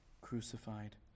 crucified